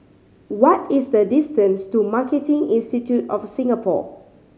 what is the distance to Marketing Institute of Singapore